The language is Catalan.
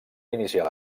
iniciar